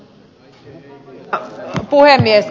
arvoisa puhemies